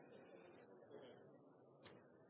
president!